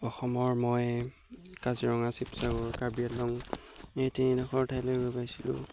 অসমৰ মই কাজিৰঙা শিৱসাগৰ কাৰ্বি আংলং এই তিনিডোখৰ ঠাইলৈ গৈ পাইছিলোঁ